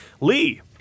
Lee